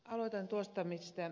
aloitan tuosta mihin ed